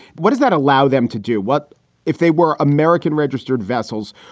what does that allow them to do? what if they were american registered vessels?